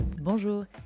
Bonjour